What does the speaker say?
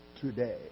today